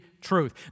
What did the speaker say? truth